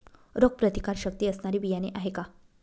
रोगप्रतिकारशक्ती असणारी बियाणे आहे का?